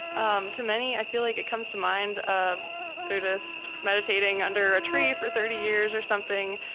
um to many, i feel like it comes to mind a buddhist meditating under a tree for thirty years or something.